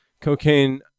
cocaine